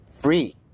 free